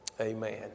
Amen